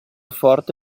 forte